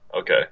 Okay